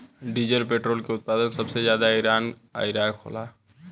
diesel petrol के उत्पादन सबसे ज्यादा ईरान आ इराक होला